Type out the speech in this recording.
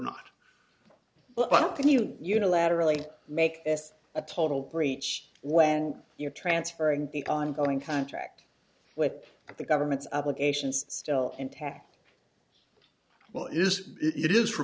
well i don't think you unilaterally make a total breach when you're transferring the ongoing contract with the government's obligations still intact well it is it is for